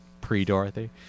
pre-dorothy